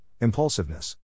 impulsiveness